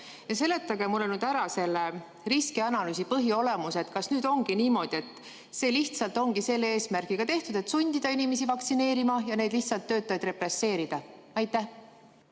Seletage mulle ära selle riskianalüüsi põhiolemus. Kas nüüd on niimoodi, et see lihtsalt ongi selle eesmärgiga tehtud, et sundida inimesi vaktsineerima ja lihtsalt neid töötajaid represseerida? Aitäh,